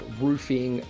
roofing